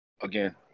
again